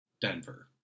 Denver